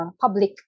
public